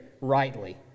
rightly